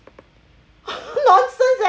nonsense leh